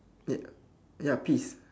ya ya peas